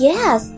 Yes